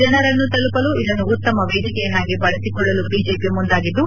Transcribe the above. ಜನರನ್ನು ತಲುಪಲು ಇದನ್ನು ಉತ್ತಮ ವೇದಿಕೆಯನ್ನಾಗಿ ಬಳಸಿಕೊಳ್ಳಲು ಬಿಜೆಪಿ ಮುಂದಾಗಿದ್ದು